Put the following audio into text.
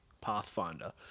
Pathfinder